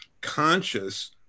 conscious